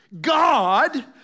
God